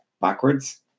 Backwards